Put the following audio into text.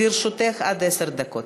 לרשותך עד עשר דקות.